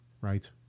Right